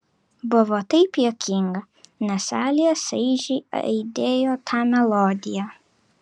buvo taip juokinga nes salėje šaižiai aidėjo ta melodija